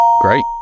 Great